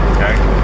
Okay